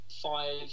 five